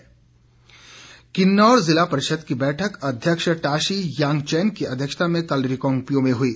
बैठक किन्नौर ज़िला परिषद की बैठक अध्यक्ष टॉशी यांगचैन की अध्यक्षता में कल रिकांगपिओ में हुई